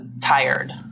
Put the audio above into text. tired